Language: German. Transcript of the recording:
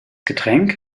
getränk